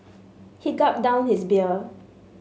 he gulped down his beer